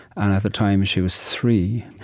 and at the time she was three.